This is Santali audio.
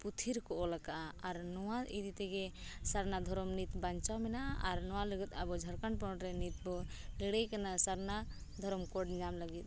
ᱯᱩᱛᱷᱤ ᱨᱮᱠᱚ ᱚᱞ ᱟᱠᱟᱫᱼᱟ ᱟᱨ ᱱᱚᱣᱟ ᱤᱫᱤ ᱛᱮᱜᱮ ᱥᱟᱨᱱᱟ ᱫᱷᱚᱨᱚᱢ ᱱᱤᱛ ᱵᱟᱧᱪᱟᱣ ᱢᱮᱱᱟᱜᱼᱟ ᱟᱨ ᱱᱚᱣᱟ ᱞᱟᱹᱜᱤᱫ ᱟᱵᱚ ᱡᱷᱟᱲᱠᱷᱚᱸᱰ ᱯᱚᱱᱚᱛ ᱨᱮ ᱱᱤᱛᱵᱚ ᱞᱟᱹᱲᱟᱹᱭ ᱠᱟᱱᱟ ᱥᱟᱨᱱᱟ ᱫᱷᱚᱨᱚᱢ ᱧᱟᱢ ᱞᱟᱹᱜᱤᱫ